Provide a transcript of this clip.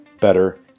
better